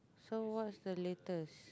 so what's the latest